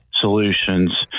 solutions